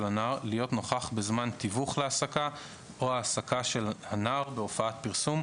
הנער להיות נוכח בזמן תיווך להעסקה או העסקה של הנער בהופעת פרסום,